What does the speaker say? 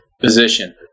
position